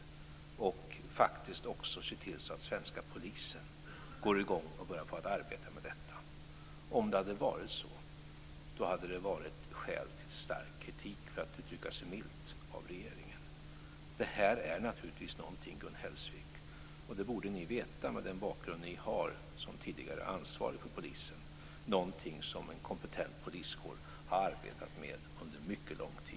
Vi måste faktiskt också se till så att svenska polisen går i gång och börjar arbeta med detta" hade det varit skäl till stark kritik, för att uttrycka sig milt, av regeringen. Detta är naturligtvis någonting, Gun Hellsvik - det borde hon veta med den bakgrund hon har som tidigare ansvarig för polisen - som en kompetent poliskår har arbetat med under mycket lång tid.